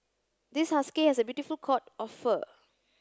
this husky has a beautiful coat of fur